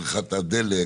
צריכת הדלק,